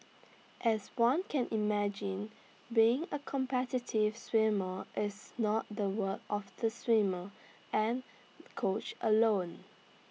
as one can imagine being A competitive swimmer is not the work of the swimmer and coach alone